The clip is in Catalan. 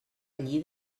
allí